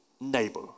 neighbor